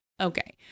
Okay